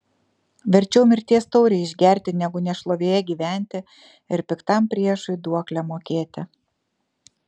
verčiau mirties taurę išgerti negu nešlovėje gyventi ir piktam priešui duoklę mokėti